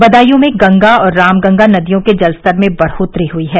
बदायूं में गंगा और रामगंगा नदियों के जलस्तर में बढ़ोत्तरी हुयी है